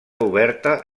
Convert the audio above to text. oberta